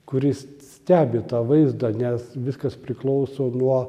kuris stebi tą vaizdą nes viskas priklauso nuo